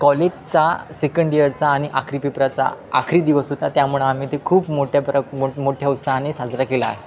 कॉलेजचा सेकंड इयरचा आणि आखरी पेपराचा आखरी दिवस होता त्यामुळं आम्ही ते खूप मोठ्या प्र मो मोठ्या उत्साहाने साजरा केला